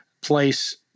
place